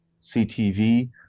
CTV